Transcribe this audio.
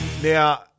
Now